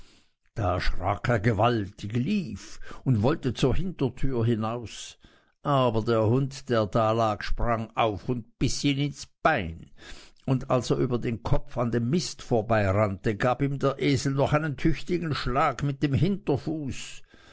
da erschrak er gewaltig lief und wollte zur hintertüre hinaus aber der hund der da lag sprang auf und biß ihn ins bein und als er über den hof an dem miste vorbeirannte gab ihm der esel noch einen tüchtigen schlag mit dem hinterfuß